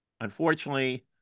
Unfortunately